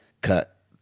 cut